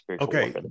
okay